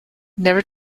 never